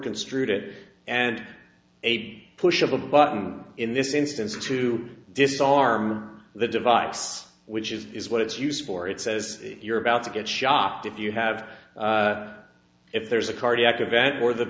construed it and a push of a button in this instance to disarm the device which is what its use for it says if you're about to get shocked if you have if there's a cardiac event or the